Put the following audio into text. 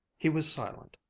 he was silent,